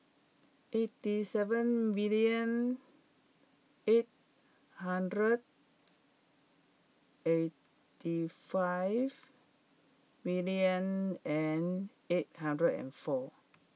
eighty seven million eight hundred eighty five million and eight hundred and four